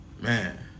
man